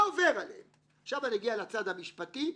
עכשיו אגיע לזה המשפטי,